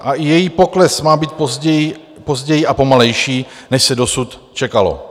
I její pokles má být později a pomalejší, než se dosud čekalo.